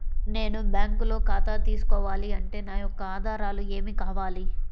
నేను బ్యాంకులో ఖాతా తీసుకోవాలి అంటే నా యొక్క ఆధారాలు ఏమి కావాలి?